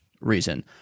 reason